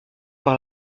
par